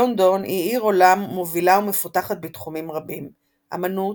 לונדון היא עיר עולם מובילה ומפותחת בתחומים רבים אמנות,